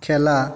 খেলা